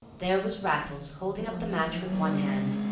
there was raffles holding up the match with one hand,